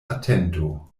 atento